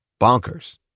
bonkers